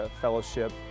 fellowship